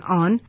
on